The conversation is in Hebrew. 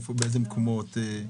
באילו מקומות?